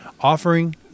offering